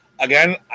Again